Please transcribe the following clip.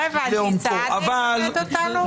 לא הבנתי, סעדה ילמד אותנו?